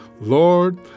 Lord